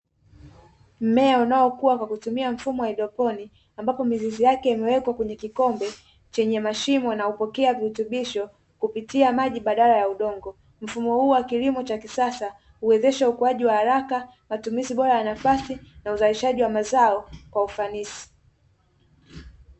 Mmea unaokua kwa kutumia mfumo wa haidroponiki ambapo mizizi yake imewekwa kwenye kikombe chenye mashimo unaopokea virutubisho kupitia maji badala ya udongo. mfumo huu wa kilimo cha kisasa huwezesha ukuaji wa haraka matumizi bora ya nafasi na uzalishaji wa mazao kwa ufanisi.